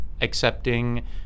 accepting